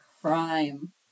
crime